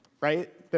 Right